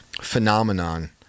phenomenon